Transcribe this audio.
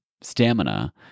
stamina